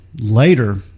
later